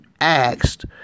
asked